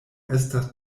estas